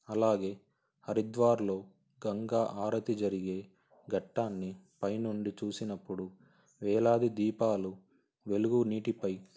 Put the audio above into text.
అలాగే హరిద్వార్లో గంగా ఆరతి జరిగే ఘట్టాన్ని పైనుండి చూసినప్పుడు వేలాది దీపాలు వెలుగు నీటిపై